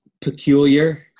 peculiar